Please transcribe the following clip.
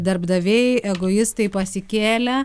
darbdaviai egoistai pasikėlę